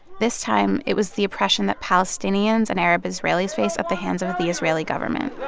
this time, it was the oppression that palestinians and arab israelis face at the hands of the israeli government.